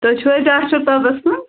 تُہۍ چھِوٕ حظ ڈاکٹر تَبسُم